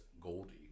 Goldie